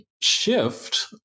shift